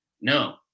no